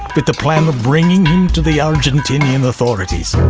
with the plan of bringing him to the argentinian authorities.